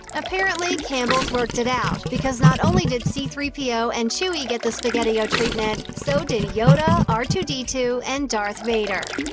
apparently campbell's worked it out, because not only did c three po and chewy get the spaghettio treatment, so did yoda, r two d two, and darth vader.